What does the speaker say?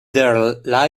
there